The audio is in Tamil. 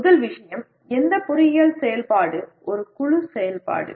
முதல் விஷயம் எந்த பொறியியல் செயல்பாடு ஒரு குழு செயல்பாடு